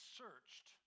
searched